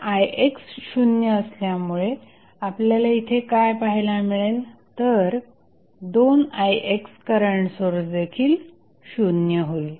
आता ix शून्य असल्यामुळे आपल्याला इथे काय पाहायला मिळेल तर 2ix करंट सोर्स देखील शून्य होईल